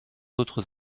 autres